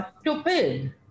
stupid